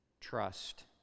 trust